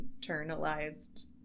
internalized